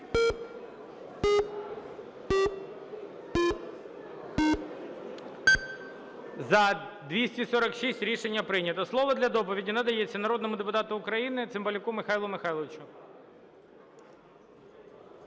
За-246 Рішення прийнято. Слово для доповіді надається народному депутату України Цимбалюку Михайлу Михайловичу.